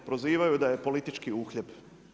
Prozivaju da je politički uhljeb.